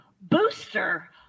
booster